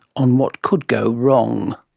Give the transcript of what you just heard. on what could go wrong.